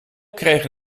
kregen